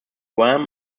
wham